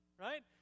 Right